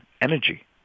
energy